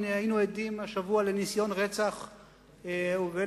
היינו עדים השבוע לניסיון רצח ולהתאבדות.